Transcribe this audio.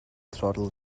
throttle